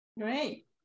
great